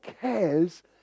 cares